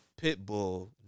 Pitbull